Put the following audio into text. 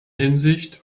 hinsicht